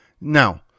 Now